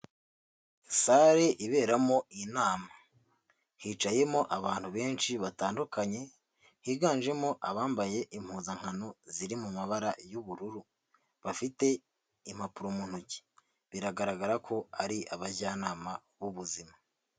Sare iberamo inama . Hicayemo abantu benshi batandukanye ,higanjemo abambaye impuzankano ziri mu mabara y'ubururu bafite impapuro mu ntoki . Biragaragara ko ari abajyanama b'ubuzima.